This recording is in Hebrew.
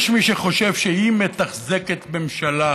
יש מי שחושב שהיא מתחזקת ממשלה.